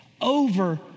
over